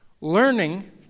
Learning